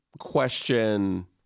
question